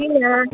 किन